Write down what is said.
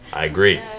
i agree.